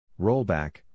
Rollback